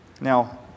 Now